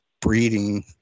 breeding